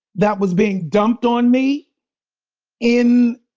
that was being dumped on me in,